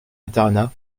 internat